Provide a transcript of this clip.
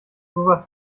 sowas